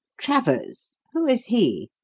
travers! who is he?